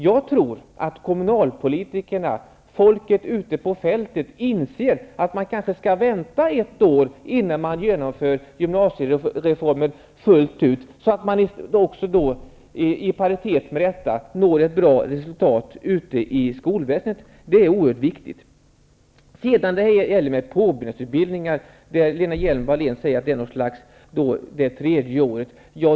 Jag tror att kommunalpolitikerna, folket ute på fältet, inser att man kanske skall vänta ett år innan man genomför gymnasiereformen fullt ut så att man i paritet med detta når ett bra resultat ute i skolväsendet. Det är oerhört viktigt. Lena Hjelm-Wallén säger att det tredje året är något slags påbyggnadsutbildning.